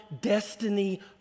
destiny